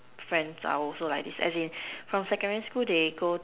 friends are also like this as in from secondary school they go